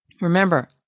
remember